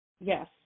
Yes